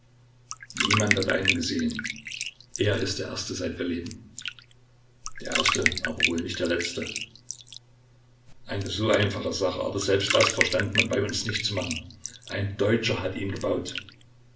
niemand hat einen gesehen er ist der erste seit wir leben der erste aber wohl nicht der letzte eine so einfache sache aber selbst das verstand man bei uns nicht zu machen ein deutscher hat ihn gebaut